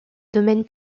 domaine